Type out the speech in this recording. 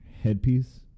headpiece